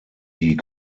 die